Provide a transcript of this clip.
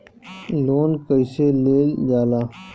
Loan कईसे लेल जाला?